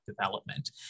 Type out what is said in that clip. development